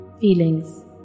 feelings